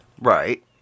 Right